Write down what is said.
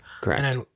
Correct